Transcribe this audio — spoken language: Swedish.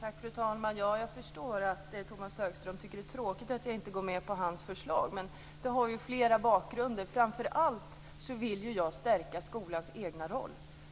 Fru talman! Jag förstår att Tomas Högström tycker att det är tråkigt att jag inte går med på hans förslag. Men det har flera bakgrunder. Framför allt vill jag stärka skolans egen roll.